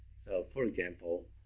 so for example,